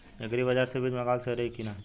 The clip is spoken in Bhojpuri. एग्री बाज़ार से बीज मंगावल सही रही की ना?